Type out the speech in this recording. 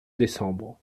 décembre